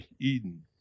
Eden